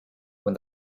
when